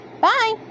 Bye